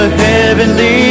heavenly